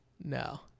No